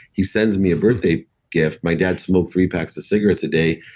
he sends me a birthday gift. my dad smoked three packs of cigarettes a day.